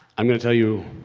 i'm gonna tell you